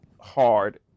hard